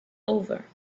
over